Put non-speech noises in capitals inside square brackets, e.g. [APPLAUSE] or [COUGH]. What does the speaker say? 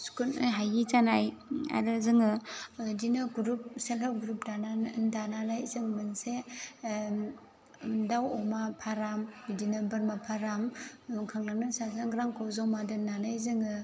सुखुनो हायि जानाय आरो जोङो बिदिनो ग्रुप सेल्प हेल्प ग्रुप दानानै दानानै जों मोनसे दाउ अमा फार्म बिदिनो बोरमा फार्म [UNINTELLIGIBLE] रांखौ जमा दोन्नानै जोङो